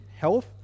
health